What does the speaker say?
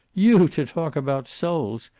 you to talk about souls!